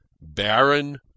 baron